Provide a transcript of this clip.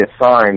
assigned